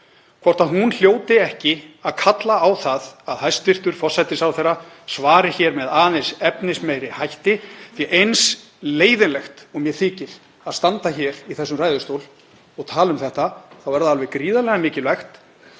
um helgina hljóti ekki að kalla á það að hæstv. forsætisráðherra svari hér með aðeins efnismeiri hætti. Því að eins leiðinlegt og mér þykir að standa hér í þessum ræðustól og tala um þetta þá er það alveg gríðarlega mikilvægt.